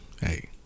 Hey